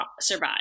survive